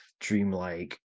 dreamlike